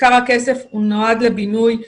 עיקר הכסף הוא נועד לבינוי.